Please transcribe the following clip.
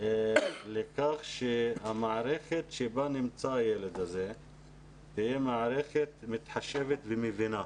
לכך שהמערכת שבה נמצא הילד הזה תהיה מערכת מתחשבת ומבינה.